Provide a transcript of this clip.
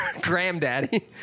Granddaddy